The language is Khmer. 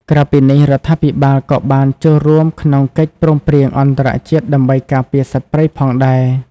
ក្រៅពីនេះ រដ្ឋាភិបាលក៏បានចូលរួមក្នុងកិច្ចព្រមព្រៀងអន្តរជាតិដើម្បីការពារសត្វព្រៃផងដែរ។